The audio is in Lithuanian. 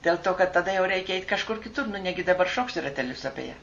dėl to kad tada jau reikia eit kažkur kitur nu negi dabar šoksi ratelius apie ją